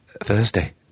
Thursday